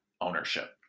ownership